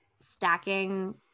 stacking